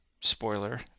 spoiler